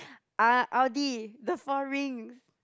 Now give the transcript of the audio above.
uh Audi the four rings